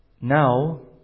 Now